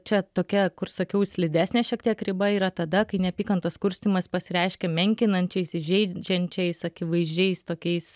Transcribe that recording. čia tokia kur sakiau slidesnė šiek tiek riba yra tada kai neapykantos kurstymas pasireiškia menkinančiais įžeidžiančiais akivaizdžiais tokiais